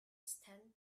stand